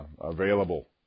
available